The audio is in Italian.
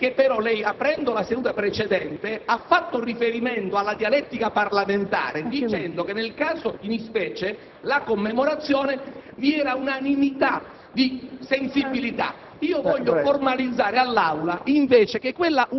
per lei. PISTORIO *(DCA-PRI-MPA)*. Quello che voglio dirle è che però lei, aprendo la seduta precedente, ha fatto un riferimento alla dialettica parlamentare dicendo che nel caso in specie - la commemorazione - vi era unanimità di sensibilità.